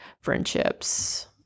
friendships